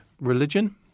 religion